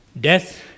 Death